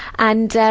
and, um,